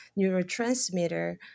neurotransmitter